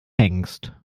hengst